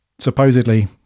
supposedly